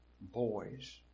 boys